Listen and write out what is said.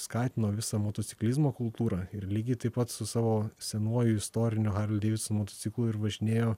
skatino visą motociklizmo kultūrą ir lygiai taip pat su savo senuoju istoriniu harli deividson motociklu ir važinėjo